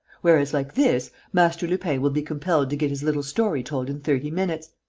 whereas, like this, master lupin will be compelled to get his little story told in thirty minutes.